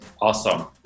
Awesome